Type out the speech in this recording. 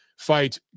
fight